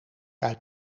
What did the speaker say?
uit